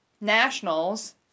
nationals